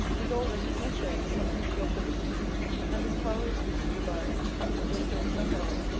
is all that is necessary to complete your felicity and this power is wished you by your clarissa harlowe.